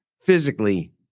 physically